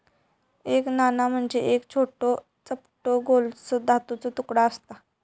एक नाणा म्हणजे एक छोटो, चपटो गोलसो धातूचो तुकडो आसता